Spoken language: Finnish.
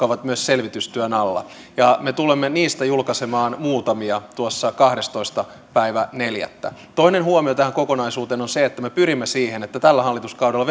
ovat myös selvitystyön alla ja me tulemme niistä julkaisemaan muutamia tuossa kahdestoista neljättä toinen huomio tähän kokonaisuuteen on se että me pyrimme siihen että tällä hallituskaudella